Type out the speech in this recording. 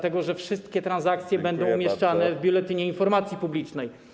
dlatego że wszystkie transakcje będą umieszczane w Biuletynie Informacji Publicznej.